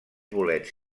bolets